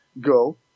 go